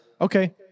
Okay